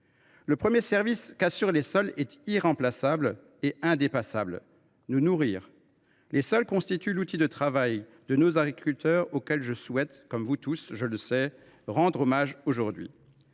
Le premier service qu’assurent les sols est irremplaçable et indépassable : nous nourrir. Les sols constituent l’outil de travail de nos agriculteurs, auxquels je souhaite, comme vous tous, je le sais, rendre hommage aujourd’hui.